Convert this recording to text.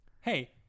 Hey